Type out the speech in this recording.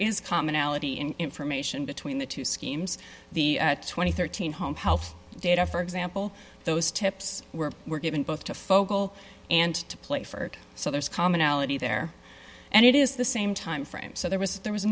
is commonality in information between the two schemes the two thousand and thirteen home health data for example those tips were were given both to focal and to play for so there's commonality there and it is the same timeframe so there was there was